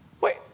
Wait